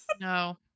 No